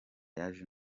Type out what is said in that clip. yaje